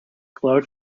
glowed